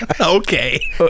okay